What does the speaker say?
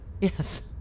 Yes